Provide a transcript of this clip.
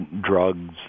Drugs